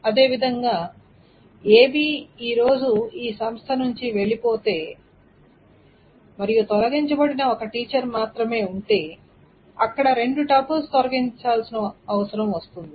అదేవిధంగా AB ఈ రోజు ఈ సంస్థ నుండి వెళ్ళిపోతే మరియు తొలగించబడిన ఒక టీచర్ మాత్రమే ఉంటే అక్కడ రెండు టపుల్స్ తొలగించాల్సి వస్తుంది